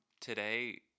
today